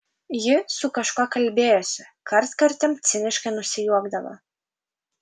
ji su kažkuo kalbėjosi kartkartėm ciniškai nusijuokdavo